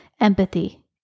empathy